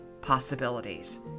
possibilities